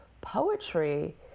poetry